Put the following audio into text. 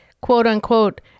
quote-unquote